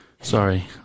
Sorry